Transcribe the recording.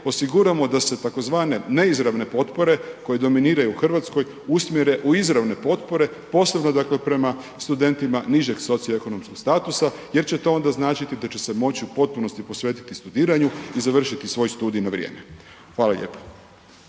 osiguramo da se tzv. neizravne potpore koje dominiraju u Hrvatskoj usmjere u izravne potpore, posebno dakle prema studentima nižeg socioekonomskog statusa jer će to onda značiti da će se moći u potpunosti posvetiti studiranju i završiti svoj studij na vrijeme. Hvala lijepo.